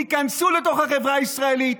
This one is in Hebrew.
תיכנסו לתוך החברה הישראלית,